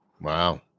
Wow